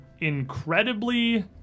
incredibly